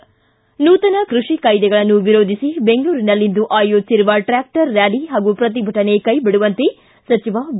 ಿ ನೂತನ ಕೃಷಿ ಕಾಯ್ದೆಗಳನ್ನು ವಿರೋಧಿಸಿ ಬೆಂಗಳೂರಿನಲ್ಲಿಂದು ಆಯೋಜಿಸಿರುವ ಟ್ರಾಕ್ಷರ್ ರ್ಡಾಲಿ ಹಾಗೂ ಪ್ರತಿಭಟನೆ ಕೈಬಿಡುವಂತೆ ಸಚಿವ ಬಿ